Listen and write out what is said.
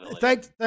Thank